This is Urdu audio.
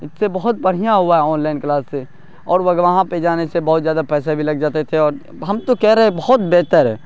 اس سے بہت بڑھیا ہوا ہے آن لائن کلاس سے اور وہاں پہ جانے سے بہت زیادہ پیسے بھی لگ جاتے تھے اور ہم تو کہہ رہے ہے بہت بہتر ہے